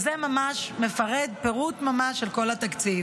זה מפרט פירוט של ממש של כל התקציב.